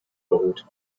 beruht